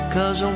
Cause